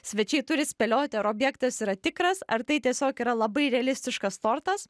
svečiai turi spėlioti ar objektas yra tikras ar tai tiesiog yra labai realistiškas tortas